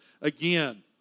again